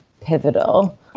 pivotal